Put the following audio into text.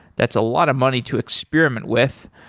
that's a lot of money to experiment with.